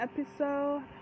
episode